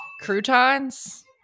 croutons